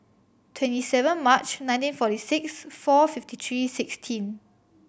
twenty seven March nineteen forty six four fifty three sixteen